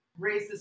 racist